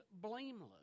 blameless